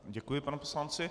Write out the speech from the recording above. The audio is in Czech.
Děkuji panu poslanci.